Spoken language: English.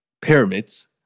Pyramids